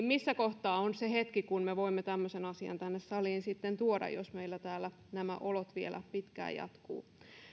missä kohtaa on se hetki kun me voimme tämmöisen asian tänne saliin sitten tuoda jos meillä täällä nämä olot vielä pitkään jatkuvat